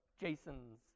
Jason's